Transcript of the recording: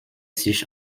sich